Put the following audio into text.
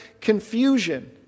confusion